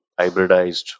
hybridized